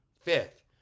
Fifth